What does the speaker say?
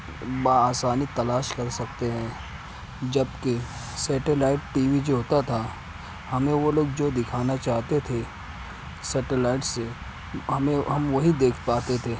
بآسانی تلاش کر سکتے ہیں جبکہ سیٹلائٹ ٹی وی جو ہوتا تھا ہمیں وہ لوگ جو دکھانا چاہتے تھے سیٹلائٹ سے ہمیں ہم وہی دیکھ پاتے تھے